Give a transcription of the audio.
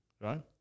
right